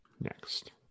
next